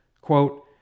Quote